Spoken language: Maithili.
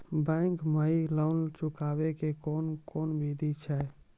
बैंक माई लोन चुकाबे के कोन बिधि छै?